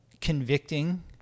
convicting